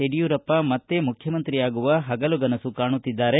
ಯಡಿಯೂರಪ್ಪ ಮತ್ತೇ ಮುಖ್ಯಮಂತ್ರಿಯಾಗುವ ಹಗಲುಗನಸು ಕಾಣುತ್ತಿದ್ದಾರೆ